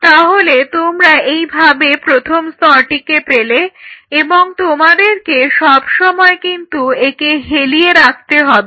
তাহলে তোমরা এইভাবে প্রথম স্তরটিকে পেলে এবং তোমাদেরকে সবসময় কিন্তু একে হেলিয়ে রাখতে হবে